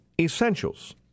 essentials